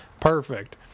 Perfect